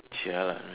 jialat eh